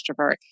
extrovert